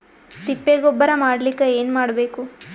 ತಿಪ್ಪೆ ಗೊಬ್ಬರ ಮಾಡಲಿಕ ಏನ್ ಮಾಡಬೇಕು?